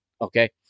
okay